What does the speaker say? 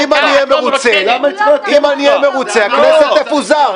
אם אני אהיה מרוצה הכנסת תפוזר.